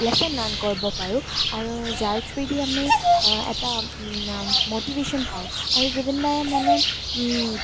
lesson learn কৰিব পাৰোঁ আৰু যাৰ থ্ৰু ৱেদি আমি এটা মটিভেশ্যন পাওঁ আৰু জুবিন দায়ে মানে